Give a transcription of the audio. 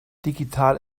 digital